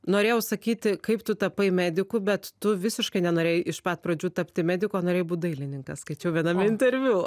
norėjau sakyti kaip tu tapai mediku bet tu visiškai nenorėjo iš pat pradžių tapti mediku norėjai būt dailininkas skaičiau viename interviu